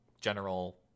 General